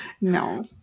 No